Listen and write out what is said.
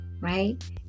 right